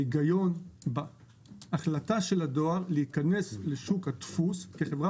את ההיגיון בהחלטה של הדואר להיכנס לשוק הדפוס כחברה